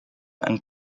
and